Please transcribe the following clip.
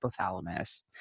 hypothalamus